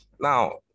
Now